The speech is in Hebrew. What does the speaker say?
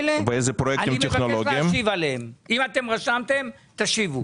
אני אוכל לבדוק את כל הפרטים מבחינת התחולה המבצעית.